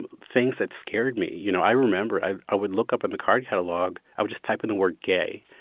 things that scared me you know, i remember i i would look up in the card catalogue i would just type in the word gay